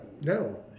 no